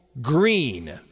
Green